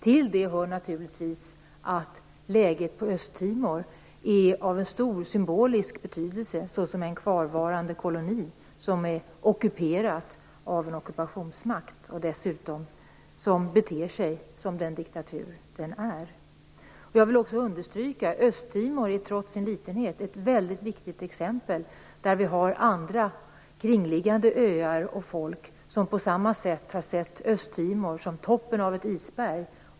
Till detta hör naturligtvis att läget på Östtimor är av stor symbolisk betydelse, eftersom det rör sig om en kvarvarande koloni som är ockuperad av en ockupationsmakt. Dessutom beter sig denna ockupationsmakt som den diktatur den är. Östtimor är trots sin litenhet ett viktigt exempel. Andra kringliggande öar och folk har sett Östtimor som toppen av ett isberg.